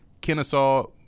Kennesaw